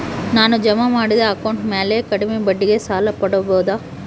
ನಾನು ಜಮಾ ಮಾಡಿದ ಅಕೌಂಟ್ ಮ್ಯಾಲೆ ಕಡಿಮೆ ಬಡ್ಡಿಗೆ ಸಾಲ ಪಡೇಬೋದಾ?